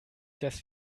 dass